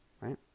right